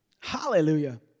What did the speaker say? Hallelujah